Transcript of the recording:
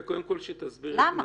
למה?